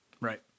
right